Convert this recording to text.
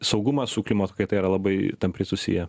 saugumas su klimato kaita yra labai tampriai susiję